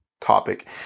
topic